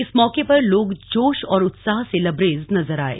इस मौके पर लोग जोश और उत्साह से लबरेज नजर आये